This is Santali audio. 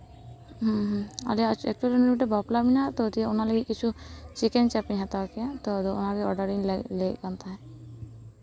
ᱦᱩᱸ ᱟᱞᱮᱭᱟᱜ ᱮᱯᱨᱤᱞ ᱨᱮ ᱢᱤᱫᱴᱤᱡ ᱵᱟᱯᱞᱟ ᱦᱮᱱᱟᱜᱼᱟ ᱛᱚ ᱚᱱᱟ ᱞᱟᱹᱜᱤᱫ ᱜᱮ ᱠᱤᱪᱷᱩ ᱪᱤᱠᱮᱱ ᱪᱚᱯ ᱤᱧ ᱦᱟᱛᱟᱣ ᱠᱮᱭᱟ ᱛᱚ ᱚᱱᱟᱜᱮ ᱚᱰᱟᱨᱤᱧ ᱞᱟᱹᱭᱮᱫ ᱠᱟᱱ ᱛᱟᱦᱮᱸᱫ